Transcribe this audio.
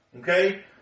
Okay